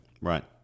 Right